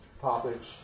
topics